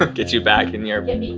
ah get you back in here. get me